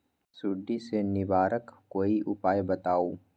सुडी से निवारक कोई उपाय बताऊँ?